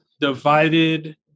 divided